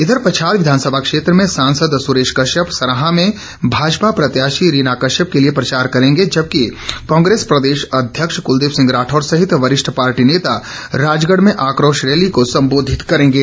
इधर पच्छाद विधानसभा क्षेत्र में सांसद सुरेश कश्यप सराहां में भाजपा प्रत्याशी रीना कश्यप के लिए प्रचार करेंगे जबकि कांग्रेस प्रदेश अध्यक्ष कलदीप सिंह राठौर सहित वरिष्ठ पार्टी नेता राजगढ़ में आकोश रैली को संबोधित करेंगे